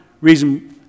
reason